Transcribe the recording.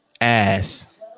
ass